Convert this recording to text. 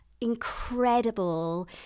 incredible